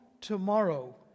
tomorrow